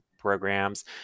programs